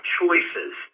choices